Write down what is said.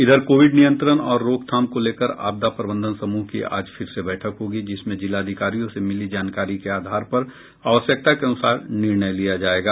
इधर कोविड नियंत्रण और रोकथाम को लेकर आपदा प्रबंधन समूह की आज फिर से बैठक होगी जिसमें जिलाधिकारियों से मिली जानकारी के आधार पर आवश्यकता के अनुसार निर्णय लिया जायेगा